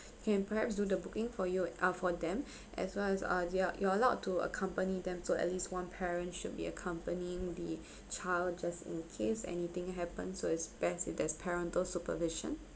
you can perhaps do the booking for you uh for them as long as uh their you are allowed to accompany them so at least one parent should be accompanying the child just in case anything happens so it's best if there's parental supervision